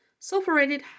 Sulfurated